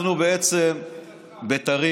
אנחנו בעצם בית"רים.